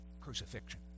crucifixion